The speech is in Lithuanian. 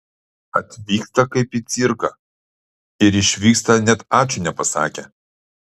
atvyksta kaip į cirką ir išvyksta net ačiū nepasakę